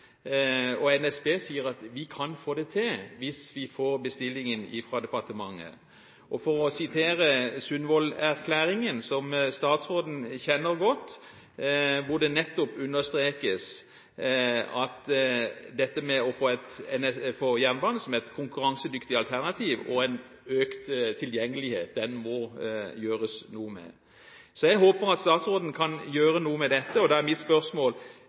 og NSB sier at de kan få det til hvis de får bestillingen fra departementet. For å sitere fra Sundvolden-erklæringen, som statsråden kjenner godt, understrekes det nettopp at jernbanen «skal være et konkurransedyktig alternativ», og at det må gjøres noe med tilgjengeligheten. Jeg håper at statsråden kan gjøre noe med dette, og da er mitt spørsmål: